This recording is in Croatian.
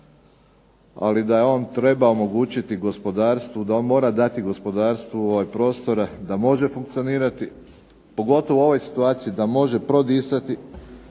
ali da je on trebao omogućiti gospodarstvu, da on mora dati gospodarstvu prostora da može funkcionirati, pogotovo u ovoj situaciji da može prodisati